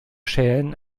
schälen